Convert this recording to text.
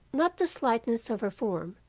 not the slightness of her form,